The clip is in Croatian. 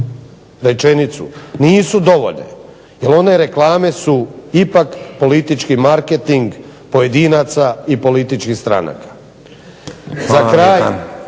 Rečenicu. Nisu dovoljne. Jer one reklame su ipak politički marketing pojedinaca i političkih stranaka.